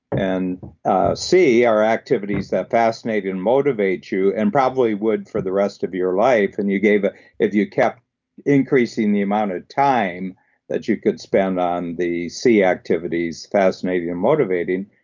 and c are activities that fascinate and motivate you and probably would for the rest of your life, and you ah if you kept increasing the amount of time that you could spend on the c activities, fascinating and motivating,